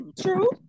True